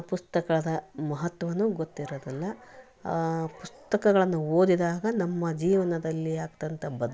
ಪುಸ್ತಕದ ಮಹತ್ವವೂ ಗೊತ್ತಿರೋದಿಲ್ಲ ಪುಸ್ತಕಗಳನ್ನು ಓದಿದಾಗ ನಮ್ಮ ಜೀವನದಲ್ಲಿ ಆಗ್ತಂಥ